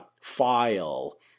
file